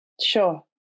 Sure